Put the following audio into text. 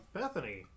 Bethany